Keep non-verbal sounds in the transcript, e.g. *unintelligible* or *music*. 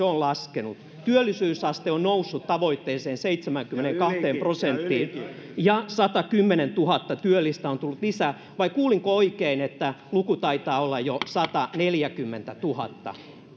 *unintelligible* on laskenut työllisyysaste on noussut tavoitteeseen seitsemäänkymmeneenkahteen prosenttiin ja satakymmentätuhatta työllistä on tullut lisää vai kuulinko oikein että luku taitaa olla jo sataneljäkymmentätuhatta